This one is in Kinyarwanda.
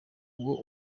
uwo